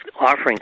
offering